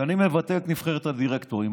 שאני מבטל את נבחרת הדירקטורים.